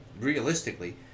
realistically